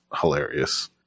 hilarious